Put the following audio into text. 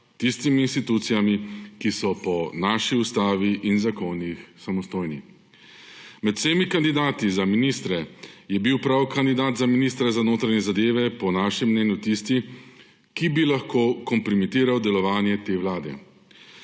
tistimi institucijami, ki so po naši ustavi in zakonih samostojne. Med vsemi kandidati za ministre je bil prav kandidat za ministra za notranje zadeve po našem mnenju tisti, ki bi lahko kompromitiral delovanje te vlade.